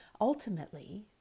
Ultimately